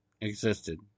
existed